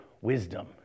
wisdom